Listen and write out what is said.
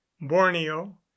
borneo